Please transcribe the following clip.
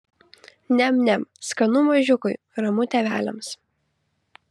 niam niam skanu mažiukui ramu tėveliams